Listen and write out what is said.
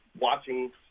watching